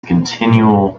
continual